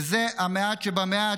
וזה המעט שבמעט,